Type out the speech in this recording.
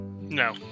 No